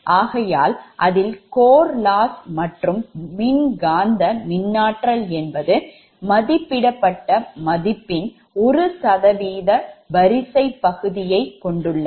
ஆகையால் அதில் core loss மற்றும் மின்காந்த மின்னாற்றல் என்பது மதிப்பிடப்பட்ட மதிப்பின் 1 சதவீத வரிசை பகுதியைக் கொண்டுள்ளது